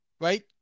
right